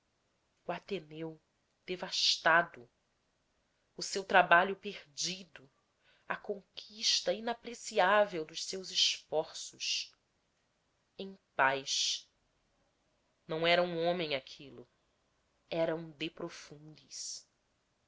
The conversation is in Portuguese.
o ateneu devastado o seu trabalho perdido a conquista inapreciável dos seus esforços em paz não era um homem aquilo era um de profundis